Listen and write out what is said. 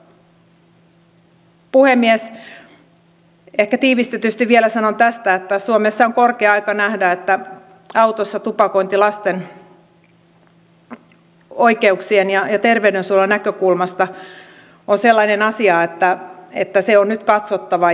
sitten arvoisa puhemies ehkä tiivistetysti vielä sanon tästä että suomessa on korkea aika nähdä että autossa tupakointi lasten oikeuksien ja terveyden suojelun näkökulmasta on sellainen asia että se on nyt katsottava